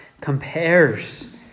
compares